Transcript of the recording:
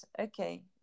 Okay